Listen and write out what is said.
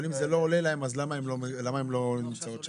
אבל אם זה לא עולה להן אז למה הן לא נמצאות שם?